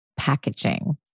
packaging